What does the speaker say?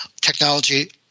technology